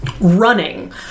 running